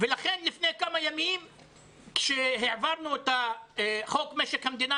לפני כמה ימים כשהעברנו את חוק משק המדינה,